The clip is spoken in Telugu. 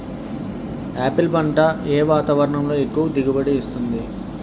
ఆపిల్ పంట ఏ వాతావరణంలో ఎక్కువ దిగుబడి ఇస్తుంది?